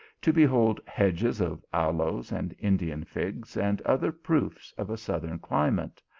to behold hedges of aloes and indian figs, and other proofs of a southern climate,